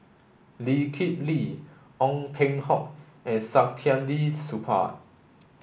Lee Kip Lee Ong Peng Hock and Saktiandi Supaat